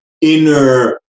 inner